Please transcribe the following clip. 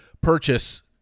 purchase